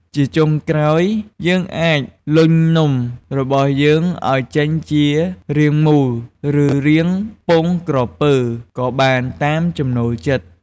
ជាចុងក្រោយ យើងអាចលញ់នំរបស់យើងឱ្យចេញជារាងមូល ឬរាងពងក្រពើក៏បាន តាមចំណូលចិត្ត។